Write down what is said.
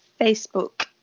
Facebook